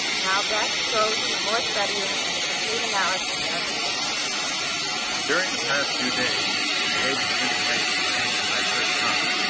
now back he goes to more studying and the complete analysis of his difficulties. physicist during the past few days with the aid of the information obtained in my first run,